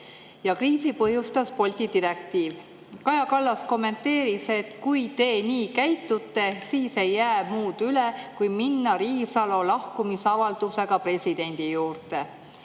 Kriisi põhjustas see Bolti direktiiv. Kaja Kallas kommenteeris, et kui te nii käitute, siis ei jää muud üle, kui minna Riisalo lahkumisavaldusega presidendi juurde.